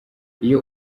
iyo